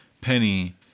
penny